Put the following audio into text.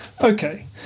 Okay